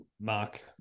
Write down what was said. Mark